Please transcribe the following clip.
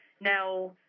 Now